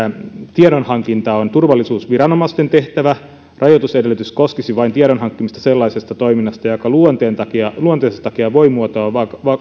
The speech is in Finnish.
tiedonhankinta on turvallisuusviranomaisten tehtävä rajoitusedellytys koskisi vain tiedon hankkimista sellaisesta toiminnasta joka luonteensa takia luonteensa takia voi